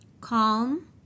Calm